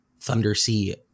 Thundersea